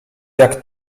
jak